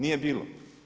Nije bilo.